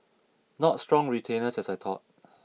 not strong retainers as I thought